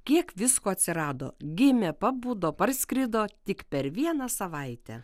kiek visko atsirado gimė pabudo parskrido tik per vieną savaitę